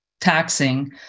taxing